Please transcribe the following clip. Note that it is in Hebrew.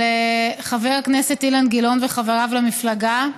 של חבר הכנסת אילן גילאון וחבריו למפלגה,